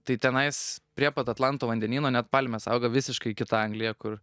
tai tenais prie pat atlanto vandenyno net palmės auga visiškai kita anglija kur